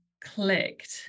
clicked